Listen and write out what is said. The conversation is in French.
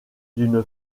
d’une